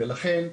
ולכן,